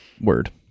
Word